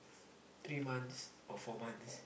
three months or four months